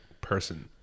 person